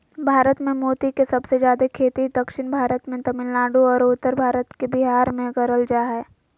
भारत मे मोती के सबसे जादे खेती दक्षिण भारत मे तमिलनाडु आरो उत्तर भारत के बिहार मे करल जा हय